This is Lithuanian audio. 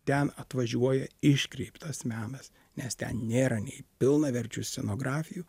ten atvažiuoja iškreiptas menas nes ten nėra nei pilnaverčių scenografijų